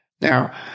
Now